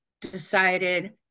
decided